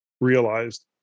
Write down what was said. realized